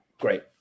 great